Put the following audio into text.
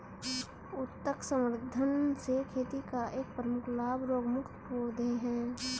उत्तक संवर्धन से खेती का एक प्रमुख लाभ रोगमुक्त पौधे हैं